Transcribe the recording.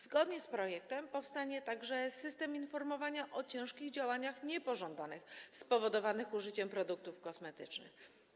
Zgodnie z projektem powstanie także System Informowania o Ciężkich Działaniach Niepożądanych Spowodowanych Użyciem Produktów Kosmetycznych.